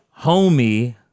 homie